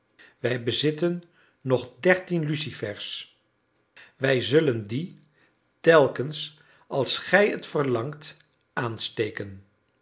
wij bezitten nog dertien lucifers wij zullen die telkens als gij het verlangt aansteken